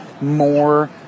more